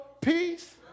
peace